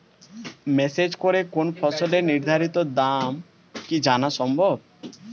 Message করে কোন ফসলের নির্ধারিত দাম কি জানা সম্ভব?